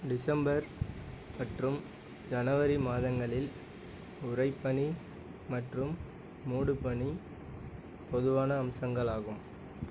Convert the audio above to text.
December மற்றும் ஜனவரி மாதங்களில் உறைபனி மற்றும் மூடுபனி பொதுவான அம்சங்களாகும்